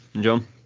John